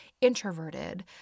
introverted